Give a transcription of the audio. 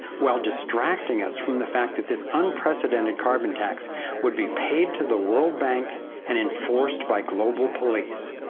while distracting us from the fact that this unprecedented carbon tax would be paid to the world bank and enforced by global police.